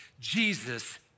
Jesus